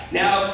now